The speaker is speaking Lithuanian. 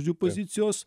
žiu pozicijos